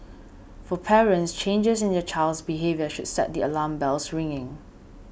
for parents changes in their child's behaviour should set the alarm bells ringing